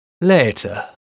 Later